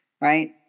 Right